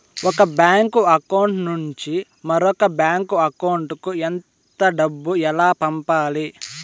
ఒక bank account నుంచి మరొక బ్యాంకు అకౌంట్ కు ఎంత డబ్బు ఎలా పంపాలి